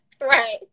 right